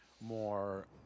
more